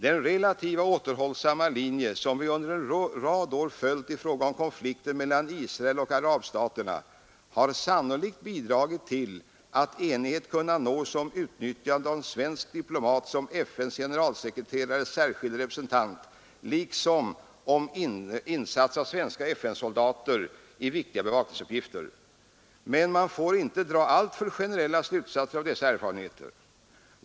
Den relativt återhållsamma linje, som vi under en rad år följt i fråga om konflikten mellan Israel och arabstaterna, har sannolikt bidragit till att enighet kunnat nås om utnyttjande av en svensk diplomat som FN:s generalsekreterares särskilda representant liksom om insats av svenska FN-soldater i viktiga bevakningsuppgifter. Men man får inte dra alltför generella slutsatser av dessa erfarenheter.